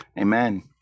Amen